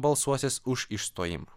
balsuosis už išstojimą